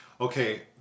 Okay